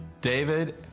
David